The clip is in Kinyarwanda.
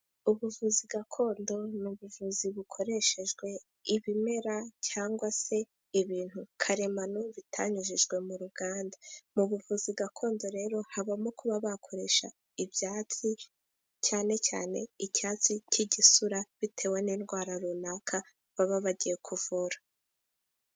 Ubuvuzi gakondo ni ubuvuzi bukoreshejwe ibimera ,cyangwa se ibintu karemano bitanyujijwe mu ruganda. Mu buvuzi gakondo rero habamo kuba bakoresha ibyatsi, cyane cyane icyatsi cy'igisura ,bitewe n'indwara runaka baba bagiye kuvura.